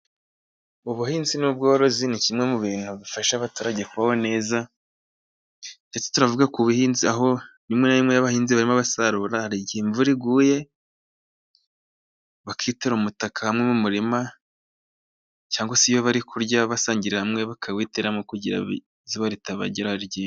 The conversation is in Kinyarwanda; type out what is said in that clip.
Ubuhinzi n'ubworozi ni kimwe mu bintu bifasha abaturage kubaho neza , ndetse turavuga ku buhinzi aho rimwe na rimwe iyo abahinzi barimo basarura , haba igihe imvura iguye , bakitera umutaka hamwe mu murima , cyangwa se iyo bari kurya basangirira hamwe bakawitera nko kugira ngo izuba ritababera ryinshi.